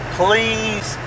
please